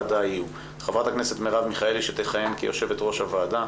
חברת הכנסת מרב מיכאלי שתכהן כיושבת ראש הוועדה,